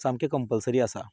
सामकें कंपलसरी आसा